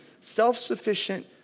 self-sufficient